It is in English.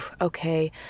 okay